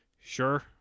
sure